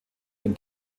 den